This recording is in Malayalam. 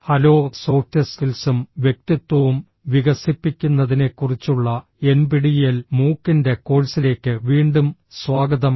ഹലോ സോഫ്റ്റ് സ്കിൽസും വ്യക്തിത്വവും വികസിപ്പിക്കുന്നതിനെക്കുറിച്ചുള്ള എൻപിടിഇഎൽ മൂക്കിന്റെ കോഴ്സിലേക്ക് വീണ്ടും സ്വാഗതം